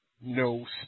no